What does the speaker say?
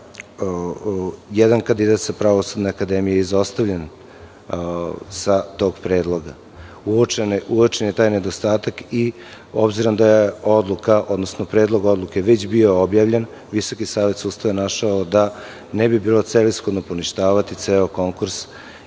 jedan kandidat sa Pravosudne akademije je izostavljen sa tog predloga. Uočen je taj nedostatak i obzirom da je predlog odluke već bio objavljen VSS je našao da ne bi bilo celishodno poništiti ceo konkurs